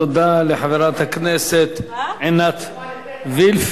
תודה לחברת הכנסת עינת וילף.